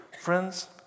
Friends